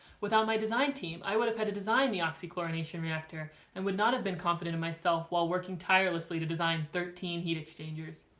without my design team i would have had to design the oxy chlorination reactor and would not have been confident in myself while working tirelessly to design thirteen heat exchangers.